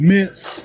Miss